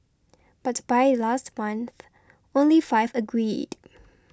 but by last month only five agreed